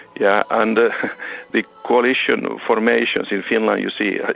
yeah and the coalition formations in finland, you see, yeah